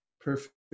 perfect